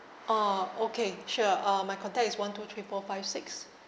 ah okay sure uh my contact is one two three four five six